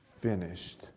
finished